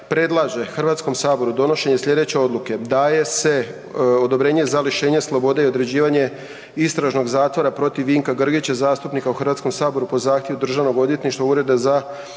predlaže HS-u donošenje sljedeće odluke: Daje se odobrenje za lišenje slobode i određivanje istražnog zatvora protiv Vinka Grgića, zastupnika u HS-u po zahtjevu Državnog odvjetništva, Ureda za